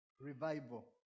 Revival